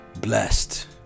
blessed